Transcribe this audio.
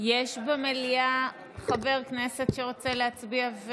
יש במליאה חבר כנסת שרוצה להצביע?